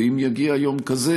ואם יגיע יום כזה,